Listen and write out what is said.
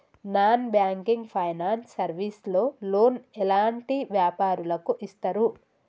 Non banking finance service లో loan ఎలాంటి వ్యాపారులకు ఇస్తరు?